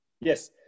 Yes